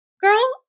girl